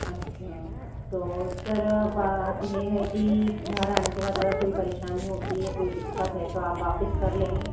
अच्छा तो सर बात ये है कि घर आने के बाद अगर कोई परेशानी होती है या कोई दिक्कत है तो आप वापिस कर लेंगे